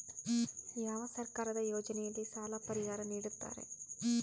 ಯಾವ ಸರ್ಕಾರದ ಯೋಜನೆಯಲ್ಲಿ ಸಾಲ ಪರಿಹಾರ ನೇಡುತ್ತಾರೆ?